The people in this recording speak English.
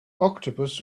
octopus